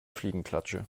fliegenklatsche